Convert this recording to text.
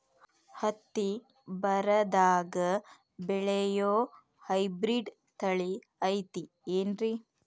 ಹತ್ತಿ ಬರದಾಗ ಬೆಳೆಯೋ ಹೈಬ್ರಿಡ್ ತಳಿ ಐತಿ ಏನ್ರಿ?